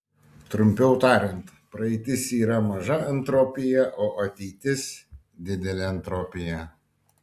trumpiau tariant praeitis yra maža entropija o ateitis didelė entropija